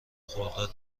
خرداد